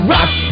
Rock